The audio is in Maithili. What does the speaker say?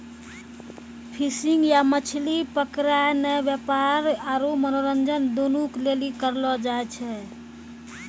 फिशिंग या मछली पकड़नाय व्यापार आरु मनोरंजन दुनू के लेली करलो जाय छै